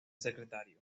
secretario